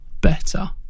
better